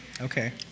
okay